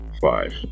five